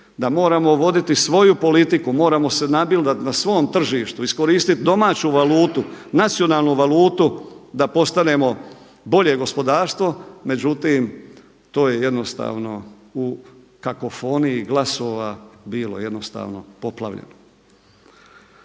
da moramo voditi svoju politiku, moramo se nabildati na svom tržištu, iskoristiti domaću valutu, nacionalnu valutu da postanemo bolje gospodarstvo. Međutim, to je jednostavno u kakofoniji glasova bilo jednostavno poplavljeno.